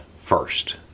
first